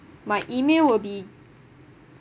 my email will be